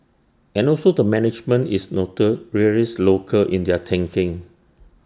and also the management is local in their thinking